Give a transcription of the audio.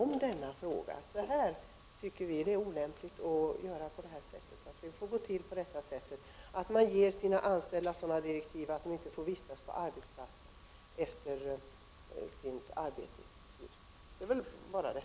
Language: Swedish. Man borde säga: Vi tycker det är olämpligt att man gör på det här sättet och att det får gå till så här, dvs. att man ger sina anställda sådana direktiv som innebär att de inte får vistas på arbetsplatsen efter arbetets slut.